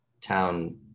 town